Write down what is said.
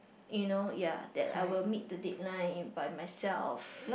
you know ya that I will meet the deadline by myself